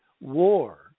war